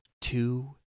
Two